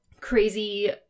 crazy